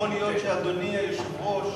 יכול להיות שאדוני היושב-ראש